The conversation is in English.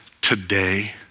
today